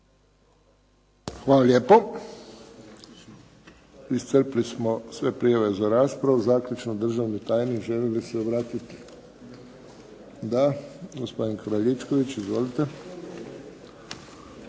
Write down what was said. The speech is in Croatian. Hvala lijepo. Iscrpili smo sve prijave za raspravu. Zaključno državni tajnik, želi li se obratiti? Da. Gospodin Kraljičković. Izvolite.